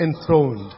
enthroned